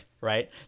right